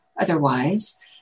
otherwise